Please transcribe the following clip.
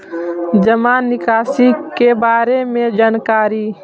जामा निकासी के बारे में जानकारी?